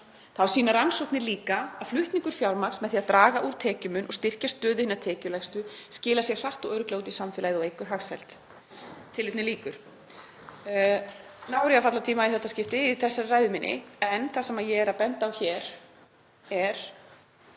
Þá sýna rannsóknir líka að flutningur fjármagns með því að draga úr tekjumun og styrkja stöðu hinna tekjulægstu skilar sér hratt og örugglega út í samfélagið og eykur hagsæld.“ Nú er ég að falla á tíma í þetta skipti í þessari ræðu minni en það sem ég er að benda á hér er,